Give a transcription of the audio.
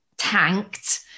tanked